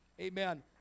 Amen